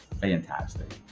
fantastic